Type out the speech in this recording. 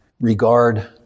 regard